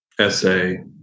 essay